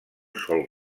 sol